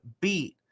beat